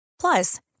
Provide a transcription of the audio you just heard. Plus